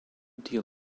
deal